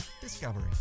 Discovery